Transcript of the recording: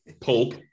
pulp